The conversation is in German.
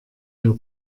wir